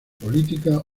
política